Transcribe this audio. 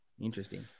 Interesting